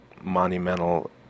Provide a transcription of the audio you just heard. monumental